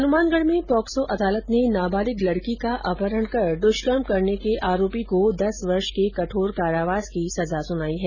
हनुमानगढ़ में पॉक्सो अदालत ने नाबालिग लड़की का अपहरण कर द्वष्कर्म करने के आरोपी को दस वर्षे के कठोर कारावास की सजा सुनाई है